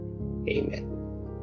Amen